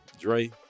Dre